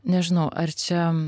nežinau ar čia